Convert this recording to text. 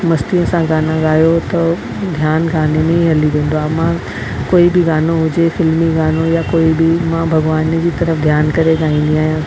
मस्तीअ सां गाना ॻायो त ध्यानु गाने में ई हली वेंदो आहे मां कोई बि गानो हुजे फिल्मी गानो या को बि मां भॻवान जी तरफ ध्यानु करे ॻाईन्दी आहियां